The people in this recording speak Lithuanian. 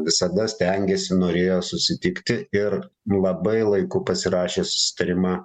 visada stengėsi norėjo susitikti ir labai laiku pasirašė susitarimą